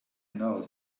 know